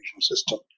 system